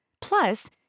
Plus